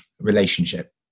relationship